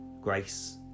grace